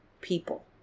people